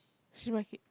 market